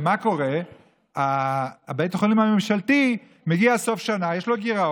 ובית חולים ממשלתי, היה צריך